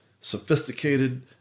sophisticated